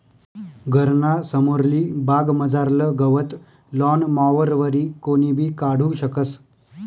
घरना समोरली बागमझारलं गवत लॉन मॉवरवरी कोणीबी काढू शकस